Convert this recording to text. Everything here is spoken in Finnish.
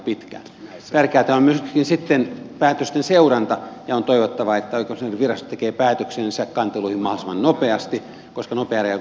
tärkeätä on myöskin sitten päätösten seuranta ja on toivottavaa että oikeuskanslerinvirasto tekee päätöksensä kanteluista mahdollisimman nopeasti koska nopea reagointi on aina hyödyllistä